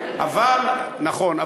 נכון.